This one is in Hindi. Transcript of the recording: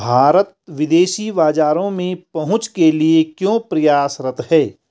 भारत विदेशी बाजारों में पहुंच के लिए क्यों प्रयासरत है?